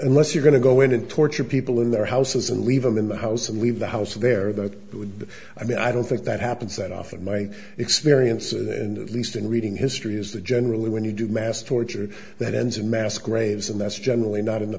unless you're going to go in and torture people in their houses and leave them in the house and leave the house there that would be i mean i don't think that happens that often my experience and at least in reading history is that generally when you do mass torture that ends in mass graves and that's generally not in the